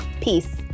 Peace